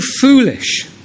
foolish